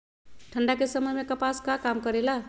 ठंडा के समय मे कपास का काम करेला?